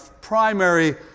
primary